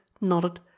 nodded